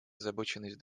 озабоченность